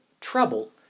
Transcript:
trouble